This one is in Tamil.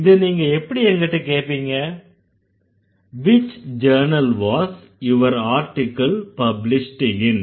இத நீங்க எப்படி எங்கிட்ட கேப்பீங்க which journal was your article published in